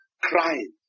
crying